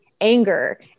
anger